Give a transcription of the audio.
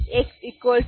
Y' X